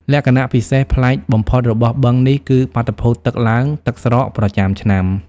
លក្ខណៈពិសេសប្លែកបំផុតរបស់បឹងនេះគឺ បាតុភូតទឹកឡើងទឹកស្រក ប្រចាំឆ្នាំ។